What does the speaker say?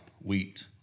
wheat